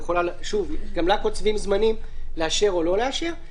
גם לה קוצבים זמנים לאשר או לא לאשר.